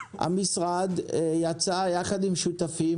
המשרד יצא יחד עם שותפים,